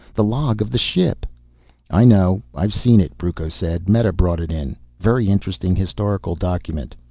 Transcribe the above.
the log of the ship i know, i've seen it, brucco said. meta brought it in. very interesting historical document.